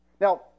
Now